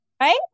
right